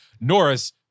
Norris